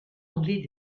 anglais